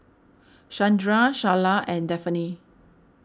Shandra Sharla and Daphne